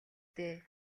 дээ